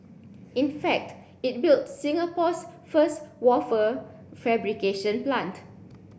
in fact it built Singapore's first wafer fabrication plant